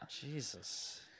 Jesus